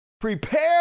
prepare